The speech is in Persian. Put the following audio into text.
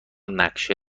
نقشه